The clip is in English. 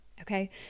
Okay